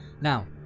Now